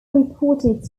reported